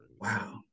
Wow